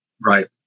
Right